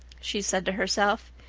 she said to herself,